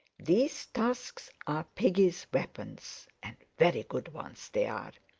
these tusks are piggy's weapons, and very good ones they are.